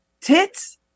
tits